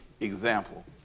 example